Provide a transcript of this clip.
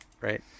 Right